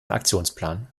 aktionsplan